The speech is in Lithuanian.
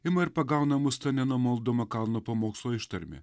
ima ir pagauna mus ta nenumaldoma kalno pamokslo ištarmė